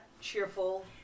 cheerful